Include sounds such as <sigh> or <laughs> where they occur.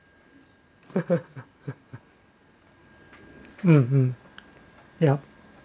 <laughs> uh uh yup